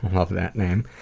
love that name,